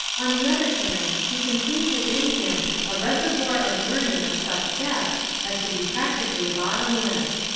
on the other hand he contained within him a reservoir of learning of such depth as to be practically bottomless.